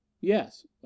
Yes